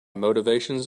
motivations